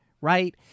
right